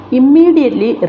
immediately